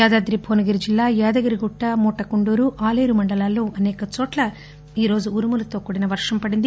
యాదాద్రి భువనగిరి జిల్లా యాదగిరిగుట్ట మోటకొండూరు ఆలేరు మండలాల్లో అసేక చోట్ల ఈ రోజు ఉరుములతో కూడిన వర్షం పడింది